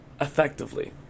effectively